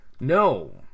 No